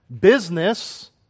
business